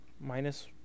minus